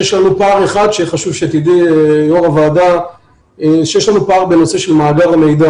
פער אחד שחשוב שתדעי זאת יושבת ראש הוועדה וזה בנושא של מאגר המידע.